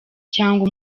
cyangwa